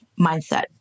mindset